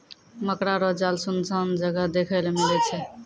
मकड़ा रो जाल सुनसान जगह देखै ले मिलै छै